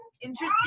interesting